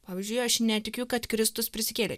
pavyzdžiui aš netikiu kad kristus prisikėlė